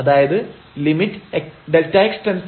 അതായത് lim┬Δx→0 fxΔx fΔx